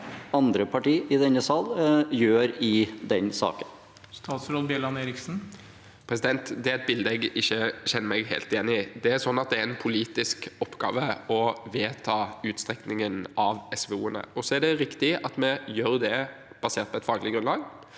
andre partier i denne sal gjør i den saken? Statsråd Andreas Bjelland Eriksen Det er et bilde jeg ikke kjenner meg helt igjen i. Det er en politisk oppgave å vedta utstrekningen av SVO-ene. Det er riktig at vi gjør det basert på et faglig grunnlag,